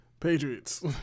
Patriots